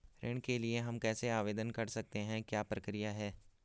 ऋण के लिए हम कैसे आवेदन कर सकते हैं क्या प्रक्रिया है?